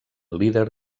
líder